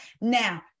Now